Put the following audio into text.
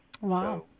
Wow